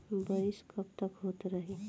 बरिस कबतक होते रही?